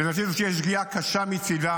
ולפי דעתי זאת תהיה שגיאה קשה מצידם